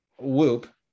whoop